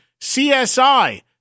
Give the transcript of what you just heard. CSI